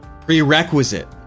prerequisite